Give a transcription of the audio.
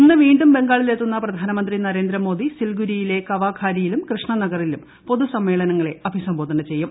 ഇന്ന് വീണ്ടും ബംഗാളിലെത്തുന്ന പ്രധാനമന്ത്രി നരേന്ദ്രമോദി സിൽഗുരിയിലെ കവഖാലിയിലും കൃഷ്ണനഗറിലും പൊതു സമ്മേളനങ്ങളെ അഭിസംബോധന ചെയ്യും